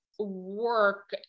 work